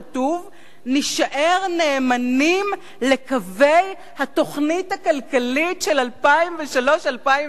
כתוב: נישאר נאמנים לקווי התוכנית הכלכלית של 2003 2004,